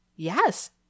Yes